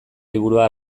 liburua